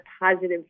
positive